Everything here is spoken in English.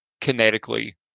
kinetically